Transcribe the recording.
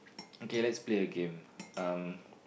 okay let's play a game um